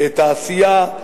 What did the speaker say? תעשייה,